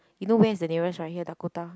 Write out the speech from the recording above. you know where is the nearest right here Dakota